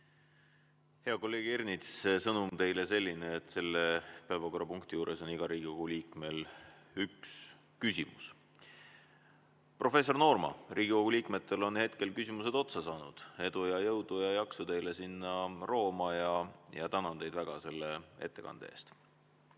Hea kolleeg Ernits, sõnum teile on selline, et selle päevakorrapunkti juures on igal Riigikogu liikmel üks küsimus. Professor Noorma, Riigikogu liikmetel on hetkel küsimused otsa saanud. Edu, jõudu ja jaksu teile sinna Rooma ja tänan teid väga selle ettekande eest!